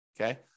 Okay